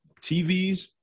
TVs